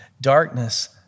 Darkness